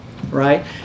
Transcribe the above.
Right